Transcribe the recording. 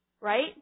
Right